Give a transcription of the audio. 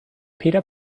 peter